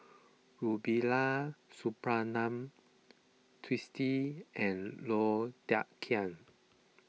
Rubiah Suparman Twisstii and Low Thia Khiang